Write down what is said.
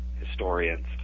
historians